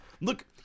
look